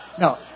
No